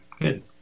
good